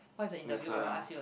that's why orh